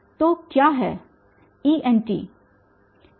तोक्या है Ent